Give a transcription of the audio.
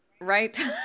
right